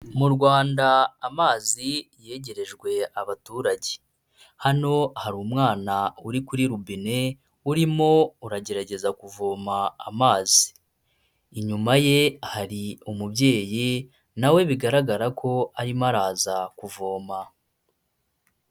Mu Rwanda amazi yegerejwe abaturage, hano hari umwana uri kuri robine urimo uragerageza kuvoma amazi, inyuma ye hari umubyeyi nawe bigaragara ko arimo araza kuvoma.